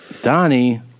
Donnie